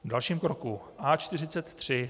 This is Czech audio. V dalším kroku A43.